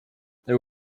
there